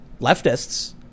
leftists